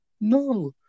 No